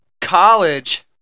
College